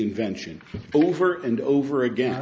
invention over and over again